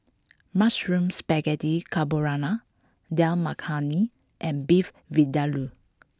Mushroom Spaghetti Carbonara Dal Makhani and Beef Vindaloo